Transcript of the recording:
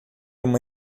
uma